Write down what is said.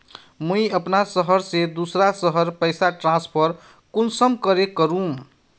मुई अपना शहर से दूसरा शहर पैसा ट्रांसफर कुंसम करे करूम?